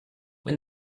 when